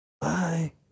Bye